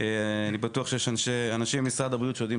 אני בטוח שיש אנשי משרד הבריאות שיודעים